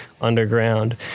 underground